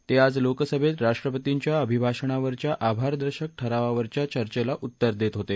ते आज लोकसभेत राष्ट्रपर्तींच्या अभिभाषणावरच्या आभारदर्शक ठरावावरच्या चर्चेला उत्तर देत होते